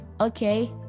okay